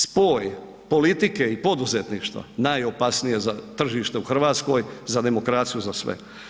Spoj politike i poduzetništva najopasnije za tržište u Hrvatskoj, za demokraciju, za sve.